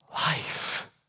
life